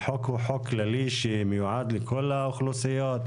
החוק הוא חוק כללי שמיועד לכל האוכלוסיות,